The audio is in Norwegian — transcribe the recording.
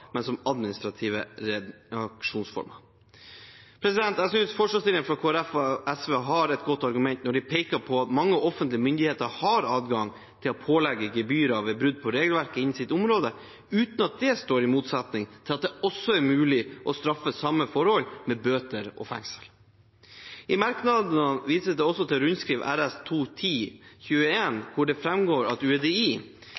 men som administrative reaksjonsformer. Jeg synes forslagsstillerne fra Kristelig Folkeparti og SV har et godt argument når de peker på at mange offentlige myndigheter har adgang til å pålegge gebyr ved brudd på regelverk innenfor sitt område, uten at det står i motsetning til at det også er mulig å straffe samme forhold med bøter og fengsel. I merknadene vises det også til rundskriv RS